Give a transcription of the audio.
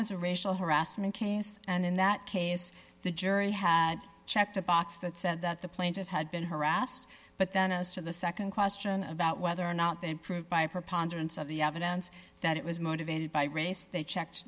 was a racial harassment case and in that case the jury had checked a box that said that the plaintiff had been harassed but then as to the nd question about whether or not they improved by a preponderance of the evidence that it was motivated by race they checked